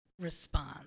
response